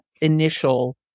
initial